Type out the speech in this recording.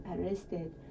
arrested